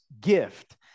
gift